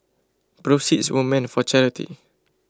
proceeds were meant for charity